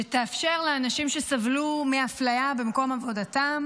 שתאפשר לאנשים שסבלו מאפליה במקום עבודתם